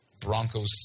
Broncos